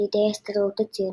לידי ההסתדרות הציונית.